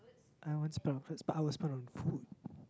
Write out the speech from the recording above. I won't spend on clothes but I will spend on food